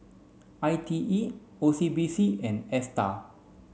I T E O C B C and ASTAR